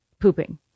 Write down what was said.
pooping